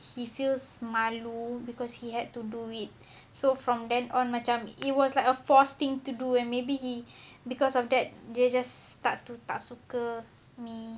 he feels malu because he had to do it so from then on macam it was like a forced thing to do and maybe he because of that dia just start to tak suka me